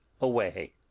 away